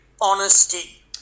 honesty